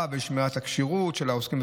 בטוח שאנחנו גם נסביר לו את זה היטב היטב,